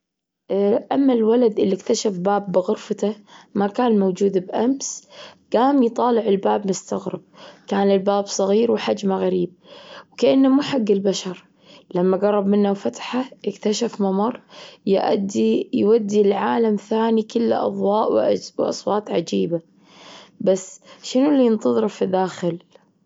أما الولد اللي اكتشف باب بغرفته ما كان موجود بأمس جام يطالع الباب مستغرب. كان الباب صغير وحجمه غريب وكأنه مو حج البشر. لما جرب منه وفتحه اكتشف ممر يؤدي يودي لعالم ثاني كله أظواء وأز- وأصوات عجيبة. بس شنو إللي ينتظره في الداخل؟